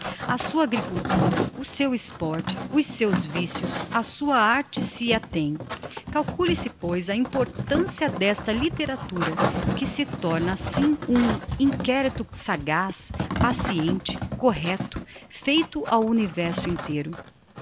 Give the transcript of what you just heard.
a sua agricultura o seu sport os seus vicios a sua arte se a tem calcule-se pois a importancia d'esta litteratura que se torna assim um inquerito sagaz paciente correcto feito ao universo inteiro